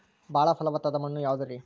ಬಾಳ ಫಲವತ್ತಾದ ಮಣ್ಣು ಯಾವುದರಿ?